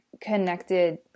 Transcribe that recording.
connected